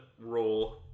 roll